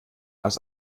aus